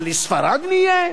הלספרד נהיה?